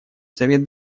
совет